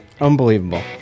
unbelievable